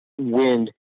wind